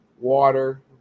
water